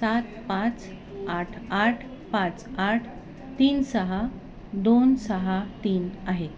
सात पाच आठ आठ पाच आठ तीन सहा दोन सहा तीन आहे